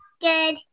Good